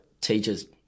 teachers